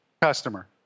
customer